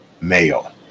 mayo